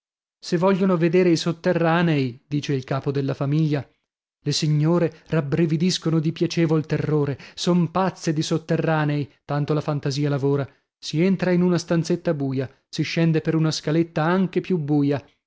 se vogliono vedere i sotterranei dice il capo della famiglia le signore rabbrividiscono di piacevol terrore son pazze di sotterranei tanto la fantasia lavora si entra in una stanzetta buia si scende per una scaletta anche più buia